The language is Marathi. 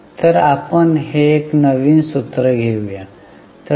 तर आपण हे एक नवीन सूत्र घेऊया